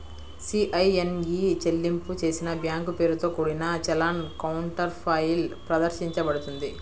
CIN e చెల్లింపు చేసిన bank పేరుతో కూడిన చలాన్ కౌంటర్ఫాయిల్ ప్రదర్శించబడుతుంది